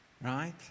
right